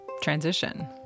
transition